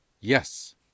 yes